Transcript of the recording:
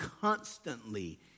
constantly